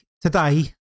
today